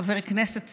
חבר כנסת צעיר,